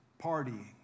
partying